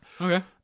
Okay